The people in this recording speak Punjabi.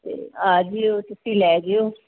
ਤੇ ਆਜਿਓ ਤੁਸੀਂ ਲੈ ਜਿਓ